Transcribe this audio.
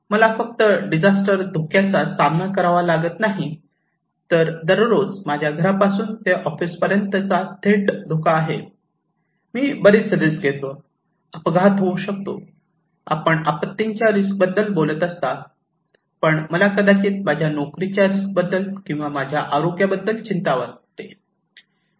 मला फक्त डिझास्टर धोक्याचा सामना करावा लागत नाही दररोज माझ्या घरापासून ते ऑफिसपर्यंतचा थेट धोका आहे मी बरेच रिस्क घेतो अपघात होऊ शकतो आपण आपत्तीच्या रिस्क बद्दल बोलत असता पण मला कदाचित माझ्या नोकरीच्या रिस्कबद्दल किंवा माझ्या आरोग्याबद्दल चिंता वाटते